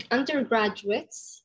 Undergraduates